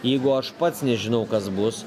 jeigu aš pats nežinau kas bus